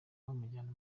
bamujyana